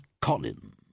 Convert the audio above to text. Collins